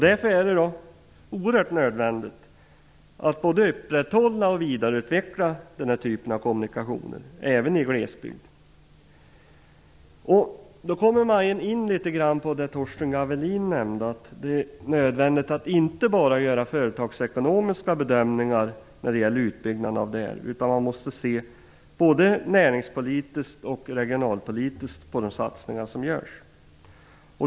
Därför är det oerhört nödvändigt att både upprätthålla och vidareutveckla denna typ av kommunikationer, även i glesbygd. Då kommer man in litet grand på det Torsten Gavelin nämnde, att det är nödvändigt att inte bara göra företagsekonomiska bedömningar när det gäller denna utbyggnad. Man måste se både näringspolitiskt och regionalpolitiskt på de satsningar som görs.